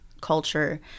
culture